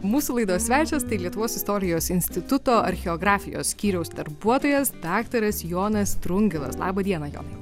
mūsų laidos svečias tai lietuvos istorijos instituto archeografijos skyriaus darbuotojas daktaras jonas drungilas laba diena jonai